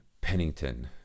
Pennington